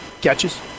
catches